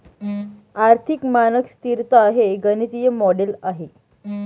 आर्थिक मानक स्तिरता हे गणितीय मॉडेल आहे